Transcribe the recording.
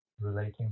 relating